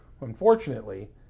unfortunately